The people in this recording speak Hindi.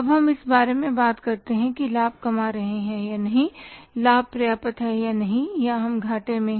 अब हम इस बारे में बात करते हैं कि लाभ कमा रहे है या नहीं लाभ पर्याप्त है या नहीं या हम घाटे में हैं